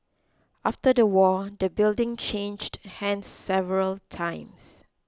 after the war the building changed hands several times